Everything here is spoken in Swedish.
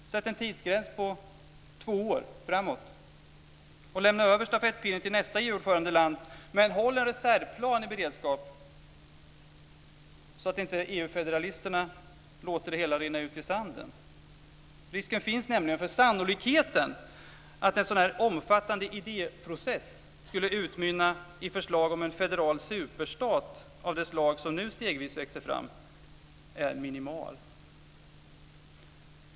Sätt en tidsgräns på två år framåt och lämna över stafettpinnen till nästa EU ordförandeland. Men håll en reservplan i beredskap, så att inte EU-federalisterna låter det hela rinna ut i sanden. Risken finns nämligen. Sannolikheten att en så omfattande idéprocess skulle utmynna i förslag om en federal superstat av det slag som nu stegvis växer fram är minimal.